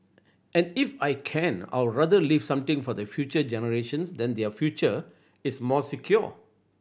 and if I can I'll rather leave something for the future generations that their future is more secure